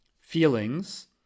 feelings